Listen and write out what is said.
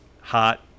hot